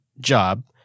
job